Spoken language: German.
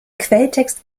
quelltext